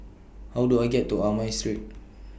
How Do I get to Amoy Street